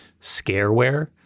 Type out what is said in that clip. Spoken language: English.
scareware